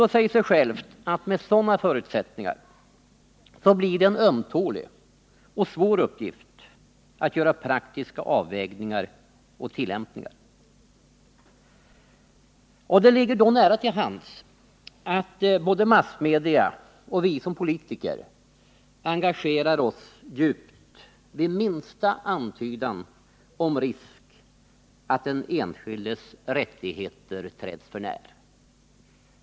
Det säger sig självt att det med sådana förutsättningar blir en ömtålig och svår uppgift att göra praktiska avvägningar och tillämpningar. Det ligger då nära till hands att både massmedia och vi som politiker engagerar oss djupt vid minsta antydan om risk att den enskildes rättigheter träds för när.